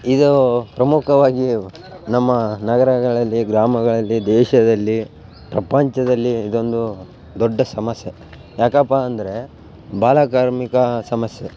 ಇದು ಪ್ರಮುಖವಾಗಿ ನಮ್ಮ ನಗರಗಳಲ್ಲಿ ಗ್ರಾಮಗಳಲ್ಲಿ ದೇಶದಲ್ಲಿ ಪ್ರಪಂಚದಲ್ಲಿ ಇದೊಂದು ದೊಡ್ಡ ಸಮಸ್ಯೆ ಯಾಕಪ್ಪ ಅಂದರೆ ಬಾಲಕಾರ್ಮಿಕ ಸಮಸ್ಯೆ